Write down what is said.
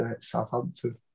Southampton